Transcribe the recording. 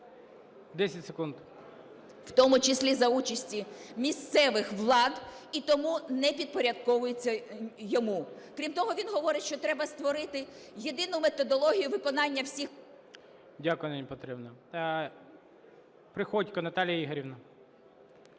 Дякую, Ніна Петрівна. Приходько Наталія Ігорівна.